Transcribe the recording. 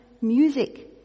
music